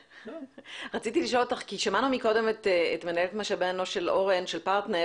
כי שמענו מקודם את מנהלת משאבי אנוש של פרטנר,